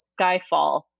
skyfall